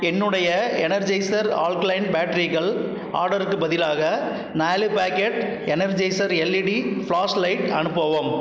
என்னுடைய Energizer alkaline பேட்ரிகள் ஆடருக்கு பதிலாக நாலு packet Energizer LED flash light அனுப்பவும்